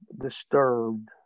disturbed